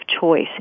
choice